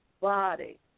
body